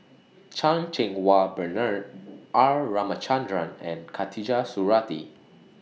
Chan Cheng Wah Bernard R Ramachandran and Khatijah Surattee